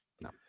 No